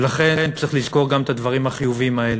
וצריך לזכור גם את הדברים החיוביים האלה.